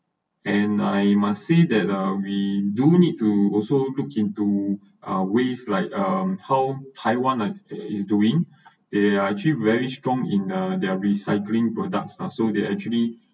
and I must say that ah we do need to also look into our waste like um how taiwan is doing they are actually very strong in their recycling products are so they actually